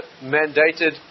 mandated